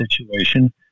situation